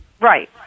Right